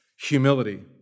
humility